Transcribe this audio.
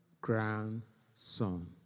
grandson